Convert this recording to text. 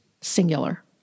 singular